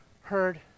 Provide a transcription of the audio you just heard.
heard